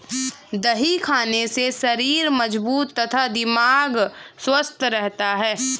दही खाने से शरीर मजबूत तथा दिमाग स्वस्थ रहता है